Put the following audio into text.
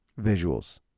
visuals